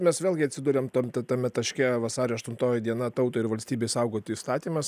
mes vėlgi atsiduriam tam tame taške vasario aštuntoji diena tautai ir valstybei saugoti įstatymas